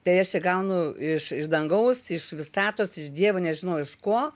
tai aš čia gaunu iš iš dangaus iš visatos iš dievo nežinau iš ko